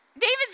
David's